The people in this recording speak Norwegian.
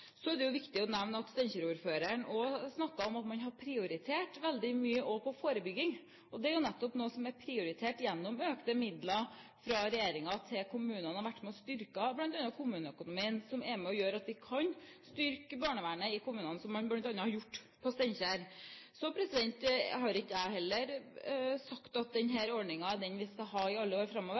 Så er det viktig å nevne at Steinkjer-ordføreren også snakket om at man har prioritert veldig mye også på forebygging. Det er nettopp noe som er prioritert gjennom økte midler fra regjeringen til kommunene, og har vært med og styrket bl.a. kommuneøkonomien, som igjen er med på å gjøre at vi kan styrke barnevernet i kommunene, slik man bl.a. har gjort på Steinkjer. Så har ikke jeg heller sagt at denne ordningen er den vi skal ha i alle år framover.